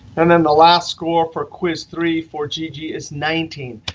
and then the last score for quiz three for gigi is nineteen.